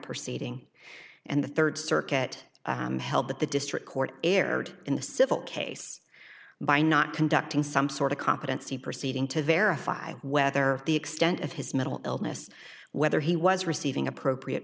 proceeding and the third circuit held that the district court erred in the civil case by not conducting some sort of competency proceeding to verify whether the extent of his mental illness whether he was receiving appropriate